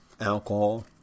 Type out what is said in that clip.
alcohol